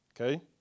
Okay